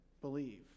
believe